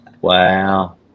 Wow